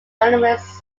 feminist